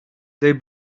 they